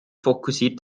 fokussiert